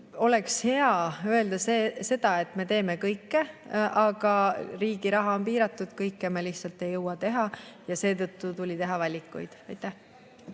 oleks hea öelda, et me teeme kõike, aga riigi raha on piiratud, kõike me lihtsalt ei jõua teha ja seetõttu tuli teha valikuid. Aitäh!